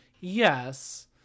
yes